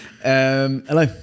Hello